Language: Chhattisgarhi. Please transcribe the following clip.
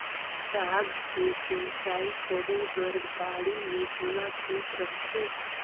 साग के सिंचाई करे बर बाड़ी मे कुआँ ठीक रहथे?